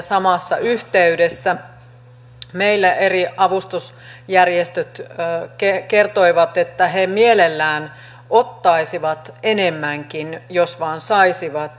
samassa yhteydessä meillä eri avustusjärjestöt kertoivat että he mielellään ottaisivat enemmänkin jos vain saisivat